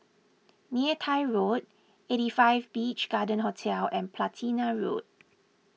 Neythai Road eight five Beach Garden Hotel and Platina Road